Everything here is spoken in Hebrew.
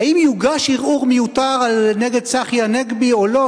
"האם יוגש ערעור מיותר נגד צחי הנגבי או לא",